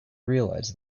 realize